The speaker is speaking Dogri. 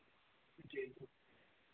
जी